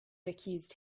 accused